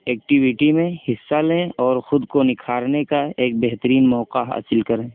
activity میں حصہ لیں اور خود کو نکھارنے کا ایک بہترین موقع حاصل کریں